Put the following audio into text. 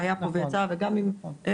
שהיה פה ויצא וגם עם מרט,